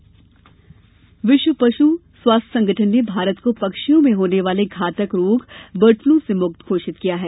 bird flu विश्व पशु स्वास्थ्य संगठन ने भारत को पक्षियों में होने वाले घातक रोग बर्ड फ्लू से मुक्त घोषित किया है